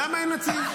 למה אין נציב?